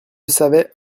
savait